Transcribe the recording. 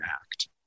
act